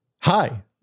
Hi